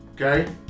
Okay